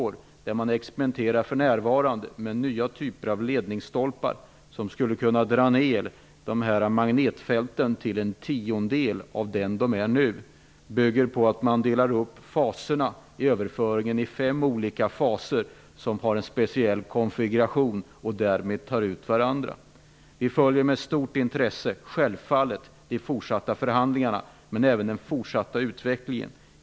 För närvarande sker det experiment med nya typer av ledningsstolpar. De skall kunna dra ned magnetfälten till en tiondel av den storlek de har nu. Lösningen bygger på att överföringen delas upp i fem olika faser med en speciell konfiguration som därmed tar ut varandra. Vi följer självfallet de fortsatta förhandlingarna med stort intresse, men även den fortsatta utvecklingen.